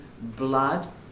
blood